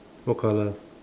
what color